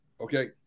Okay